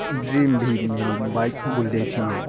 dream بھی میری bike bullet ہی ہے